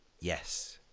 Yes